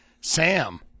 Sam